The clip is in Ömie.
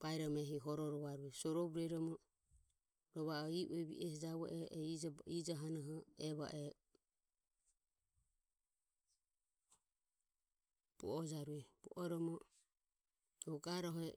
baeromo horo rovarueje. Sorovo rueromo rohu vo o i ue vi ehe javue oho e ijohanoho e va o e bu ojarueje bu oromo rohu garohe.